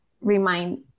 remind